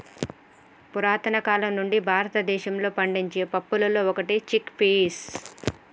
పురతన కాలం నుండి భారతదేశంలో పండించే పప్పులలో ఒకటి చిక్ పీస్